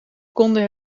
konden